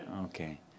Okay